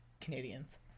Canadians